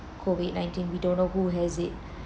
COVID nineteen we don't know who has it